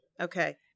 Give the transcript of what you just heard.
Okay